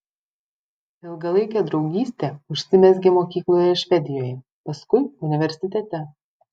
ilgalaikė draugystė užsimezgė mokykloje švedijoje paskui universitete